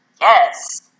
yes